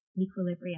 equilibrium